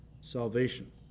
salvation